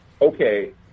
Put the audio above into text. okay